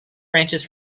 branches